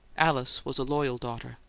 alice was a loyal daughter.